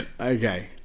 Okay